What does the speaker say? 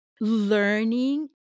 learning